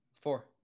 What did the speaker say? Four